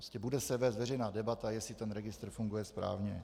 Prostě bude se vést veřejná debata, jestli ten registr funguje správně.